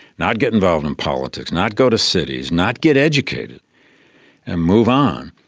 not get involved in politics, not go to cities, not get educated and move on.